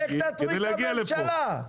לך תטריד את הממשלה.